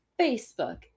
Facebook